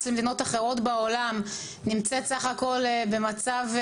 למדינות אחרות בעולם נמצאת סך הכול במצב,